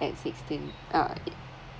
at sixteen uh